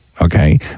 okay